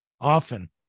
often